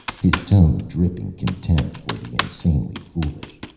his tone dripping contempt for the insanely foolish.